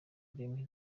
remy